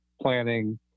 planning